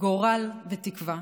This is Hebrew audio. גורל ותקווה,